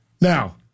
Now